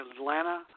Atlanta